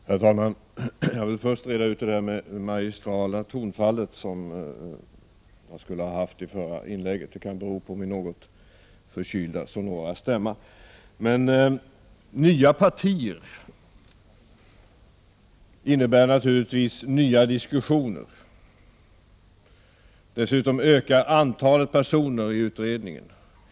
Herr talman! Jag vill först förklara det magistrala tonfall som jag skall ha haft i mitt förra inlägg. Min tillfälligt sonora stämma kan bero på att jag är något förkyld. Nya partier innebär naturligtvis nya diskussioner. Dessutom ökar antalet personer i utredningen.